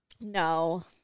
no